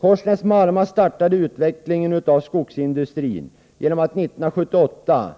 Korsnäs-Marma AB startade avvecklingen av skogsindustrin när man år 1978